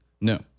No